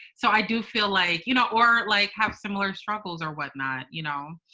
so i do feel like, you know, or like, have similar struggles or whatnot, you know.